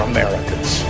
Americans